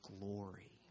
glory